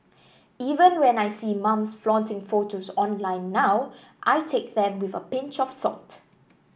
even when I see mums flaunting photos online now I take them with a pinch of salt